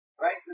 right